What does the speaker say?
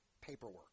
paperwork